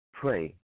Pray